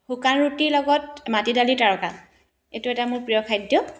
শুকান ৰুটিৰ লগত মাটিদালিৰ তৰকা এইটো এটা মোৰ প্ৰিয় খাদ্য